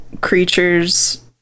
creatures